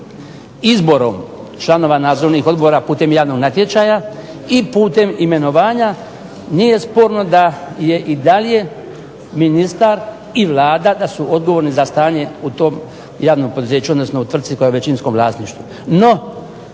izborom članova nadzornih odbora putem javnog natječaja i putem imenovanja nije sporno da je i dalje ministar i Vlada da su odgovorni za stanje u tom javnom poduzeću, odnosno u tvrtci koja je u većinskom vlasništvu.